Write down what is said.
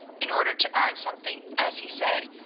in order to earn something, as he said,